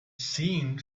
seemed